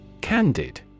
Candid